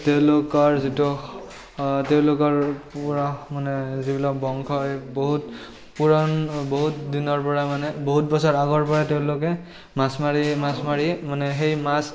তেওঁলোকৰ যিটো তেওঁলোকৰ পুৰা মানে যিবিলাক বংশ এই বহুত পুৰণ বহুত দিনৰ পৰা মানে বহুত বছৰ আগৰপৰাই তেওঁলোকে মাছ মাৰি মাছ মাৰি মানে সেই মাছ